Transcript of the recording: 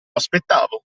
aspettavo